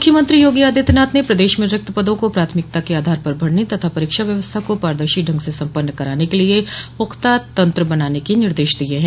मुख्यमंत्री योगी आदित्यनाथ ने प्रदेश में रिक्त पदों को प्राथमिकता के आधार पर भरने तथा परीक्षा व्यवस्था को पारदर्शी ढंग से सम्पन्न कराने के लिए पुख्ता तंत्र बनाने के निर्देश दिये हैं